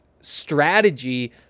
strategy